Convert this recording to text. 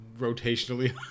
rotationally